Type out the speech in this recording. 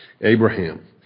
Abraham